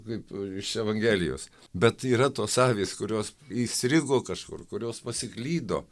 kaip iš evangelijos bet yra tos avys kurios įstrigo kažkur kurios pasiklydo